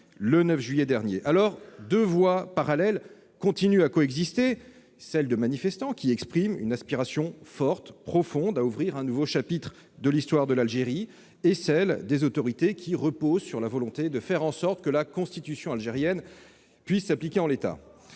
le 9 juillet dernier. Deux voies parallèles continuent de coexister : celle des manifestants, qui expriment une aspiration forte et profonde à ouvrir un nouveau chapitre de l'Algérie, et celle des autorités, qui repose sur la volonté de faire en sorte que la Constitution algérienne puisse s'appliquer en l'état.